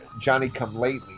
Johnny-come-lately